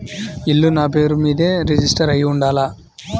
ఇల్లు నాపేరు మీదే రిజిస్టర్ అయ్యి ఉండాల?